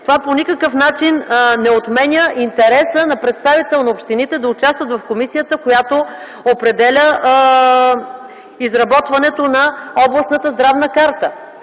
това по никакъв начин не отменя интереса на представител на общините да участва в комисията, която определя изработването на областната здравна карта.